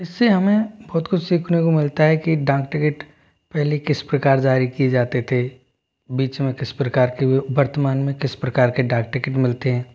इस से हमें बहुत कुछ सीखने को मिलता है कि डाक टिकट पहले किस प्रकार जारी की जाते थे बीच में किस प्रकार की हुई वर्तमान में किस प्रकार के डाक टिकट मिलते हैं